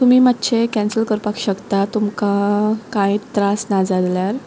तुमी मातशेंं कँसल करपाक शकता तुमकां कांय त्रास ना जाल्यार